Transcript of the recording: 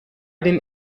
den